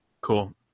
Cool